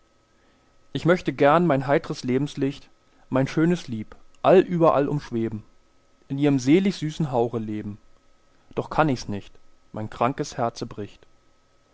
ich möchte gern mein heitres lebenslicht mein schönes lieb allüberall umschweben in ihrem selig süßen hauche leben doch kann ich's nicht mein krankes herze bricht